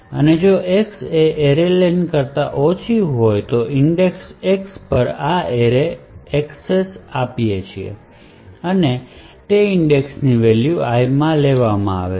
અને જો X એ array len કરતાં ઓછી છે તો ઇન્ડેક્સ X પર આ એરે ઍક્સેસ આપી છીયે અને તે ઇન્ડેક્સ ની વેલ્યુ I માં લેવામાં આવે છે